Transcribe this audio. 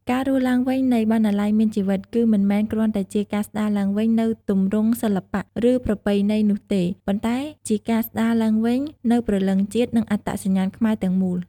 ការរស់ឡើងវិញនៃ "បណ្ណាល័យមានជីវិត" គឺមិនមែនគ្រាន់តែជាការស្តារឡើងវិញនូវទម្រង់សិល្បៈ ឬប្រពៃណីនោះទេ ប៉ុន្តែជាការស្តារឡើងវិញនូវព្រលឹងជាតិ និងអត្តសញ្ញាណខ្មែរទាំងមូល។